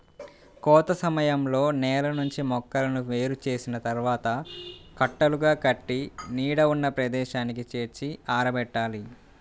కోత సమయంలో నేల నుంచి మొక్కలను వేరు చేసిన తర్వాత కట్టలుగా కట్టి నీడ ఉన్న ప్రదేశానికి చేర్చి ఆరబెట్టాలి